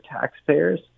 taxpayers